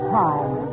time